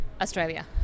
Australia